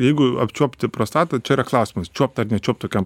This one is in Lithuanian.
jeigu apčiuopti prostatą čia yra klausimas čiuopt ar nečiuot tokiam